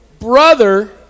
brother